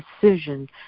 decision